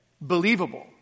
believable